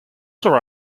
her